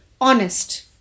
honest